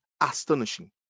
astonishing